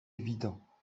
évident